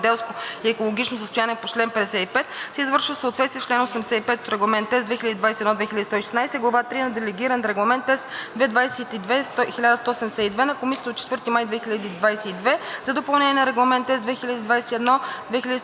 земеделско и екологично състояние по чл. 55 се извършва в съответствие с чл. 85 от Регламент (ЕС) 2021/2116 и Глава III на Делегиран регламент (ЕС) 2022/1172 на Комисията от 4 май 2022 г. за допълнение на Регламент (ЕС) 2021/2116